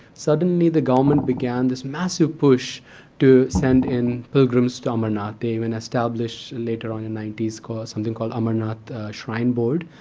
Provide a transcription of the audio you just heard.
suddenly the government began this massive push to send in pilgrims to amarnath. they even established, and later on in the ninety s, something called amarnath shrine board,